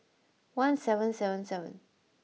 one seven seven seven